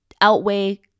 outweigh